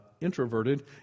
introverted